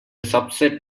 subset